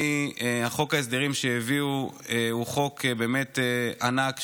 חוק ההסדרים שהביאו הוא חוק ענק,